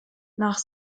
nach